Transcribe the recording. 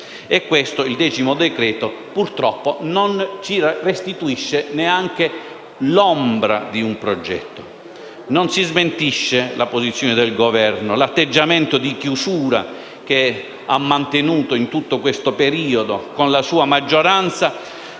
decreto-legge, purtroppo, non ce ne restituisce neanche l'ombra. Non si smentisce la posizione del Governo e 1'atteggiamento di chiusura che ha mantenuto in tutto questo periodo con la sua maggioranza